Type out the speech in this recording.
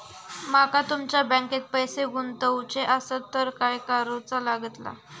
माका तुमच्या बँकेत पैसे गुंतवूचे आसत तर काय कारुचा लगतला?